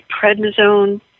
prednisone